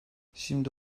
şimdi